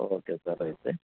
okay sir అయితే